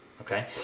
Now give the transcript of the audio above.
okay